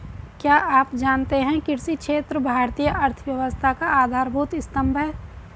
क्या आप जानते है कृषि क्षेत्र भारतीय अर्थव्यवस्था का आधारभूत स्तंभ है?